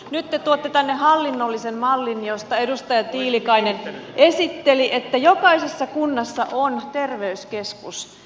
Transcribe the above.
nyt te tuotte tänne hallinnollisen mallin josta edustaja tiilikainen esitteli että jokaisessa kunnassa on terveyskeskus